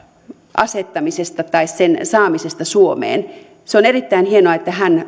asettamisesta sen saamisesta suomeen se on erittäin hienoa että hän